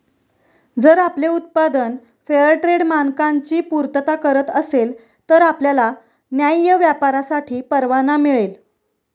जर आपले उत्पादन फेअरट्रेड मानकांची पूर्तता करत असेल तर आपल्याला न्याय्य व्यापारासाठी परवाना मिळेल